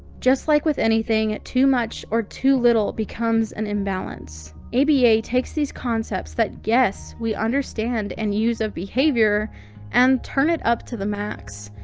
just like with anything, too much or too little becomes an imbalance. aba takes these concepts that, yes, we understand and use of behavior and turn it up to the max.